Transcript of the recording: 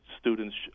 students